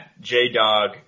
J-Dog